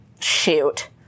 shoot